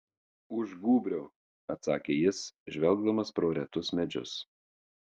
už gūbrio atsakė jis žvelgdamas pro retus medžius